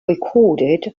recorded